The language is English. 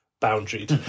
boundaries